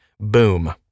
Boom